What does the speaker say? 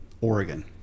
Oregon